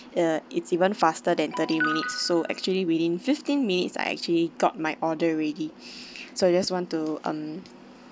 uh it's even faster than thirty minutes so actually within fifteen minutes I actually got my order already so I just want to um